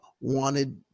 wanted